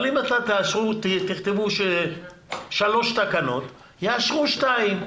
אבל אם אתם תכתבו שלוש תקנות, יאשרו שתיים.